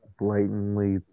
blatantly